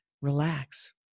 Relax